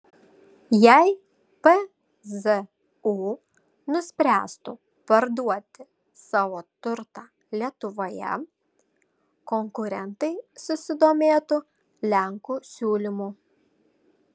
jei pzu nuspręstų parduoti savo turtą lietuvoje konkurentai susidomėtų lenkų siūlymu